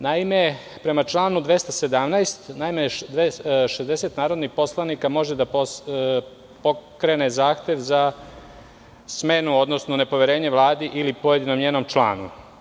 Naime, prema članu 217. šezdeset narodnih poslanika može da pokrene zahtev za smenu, odnosno nepoverenje Vladi ili pojedinom njenom članu.